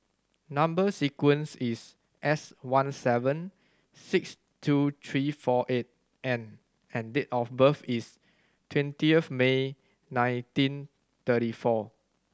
number sequence is S one seven six two three four eight N and date of birth is twentieth May nineteen thirty four